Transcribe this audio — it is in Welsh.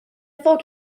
fod